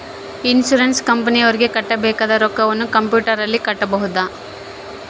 Insurance ಕಂಪನಿಯವರಿಗೆ ಕಟ್ಟಬೇಕಾದ ರೊಕ್ಕವನ್ನು ಕಂಪ್ಯೂಟರನಲ್ಲಿ ಕಟ್ಟಬಹುದ್ರಿ?